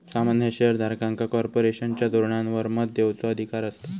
सामान्य शेयर धारकांका कॉर्पोरेशनच्या धोरणांवर मत देवचो अधिकार असता